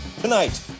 Tonight